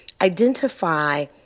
identify